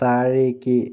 താഴേക്ക്